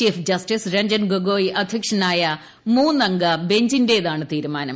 chief justice Ranjan Gogoi അധ്യക്ഷനായ മൂന്നംഗ ബെഞ്ചിന്റേതാണ് തീരുമാനം